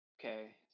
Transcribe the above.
Okay